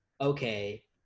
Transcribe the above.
okay